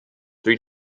three